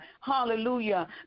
hallelujah